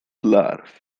larw